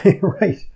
Right